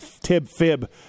tib-fib